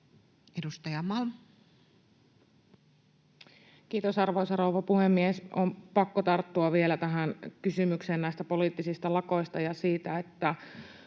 Edustaja Malm. Kiitos, arvoisa rouva puhemies! On pakko tarttua vielä tähän kysymykseen poliittisista lakoista ja siitä, että